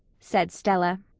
said stella.